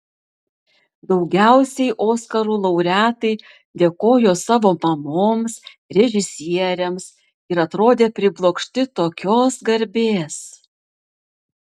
daugiausiai oskarų laureatai dėkojo savo mamoms režisieriams ir atrodė priblokšti tokios garbės